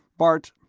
bart,